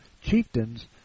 Chieftains